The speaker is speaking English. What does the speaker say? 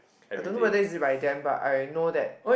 I don't know whether is it by them but I know that